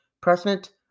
president